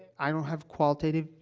i don't have qualitative